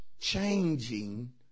changing